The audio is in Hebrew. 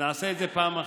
נעשה את זה בפעם אחרת.